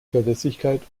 verlässlichkeit